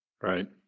Right